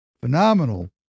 phenomenal